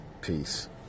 Peace